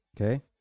Okay